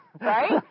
Right